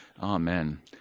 Amen